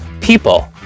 people